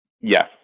Yes